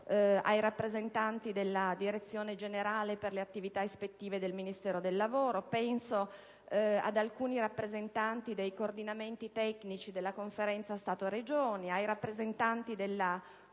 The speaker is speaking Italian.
ai rappresentanti della Direzione generale per le attività ispettive del Ministero del lavoro, penso ad alcuni rappresentanti dei coordinamenti tecnici della Conferenza Stato-Regioni o ai rappresentanti della